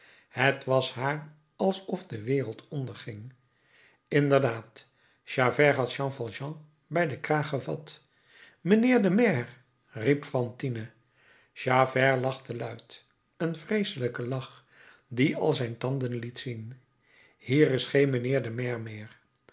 het was haar alsof de wereld onderging inderdaad javert had jean valjean bij den kraag gevat mijnheer de maire riep fantine javert lachte luid een vreeselijke lach die al zijn tanden liet zien hier is geen mijnheer de maire